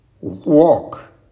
walk